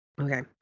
Okay